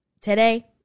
Today